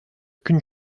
qu’une